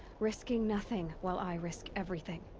risking nothing, while i risk everything.